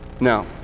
Now